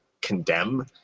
condemn